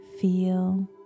Feel